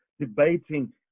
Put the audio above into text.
debating